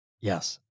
Yes